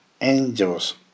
angels